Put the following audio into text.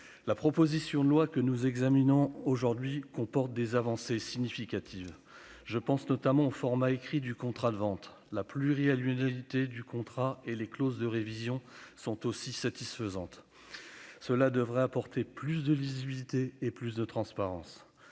La proposition de loi que nous examinons aujourd'hui comporte des avancées significatives. Je pense notamment au format écrit du contrat de vente. La pluriannualité du contrat et les clauses de révision sont également satisfaisantes et devraient introduire une plus grande visibilité et plus de transparence.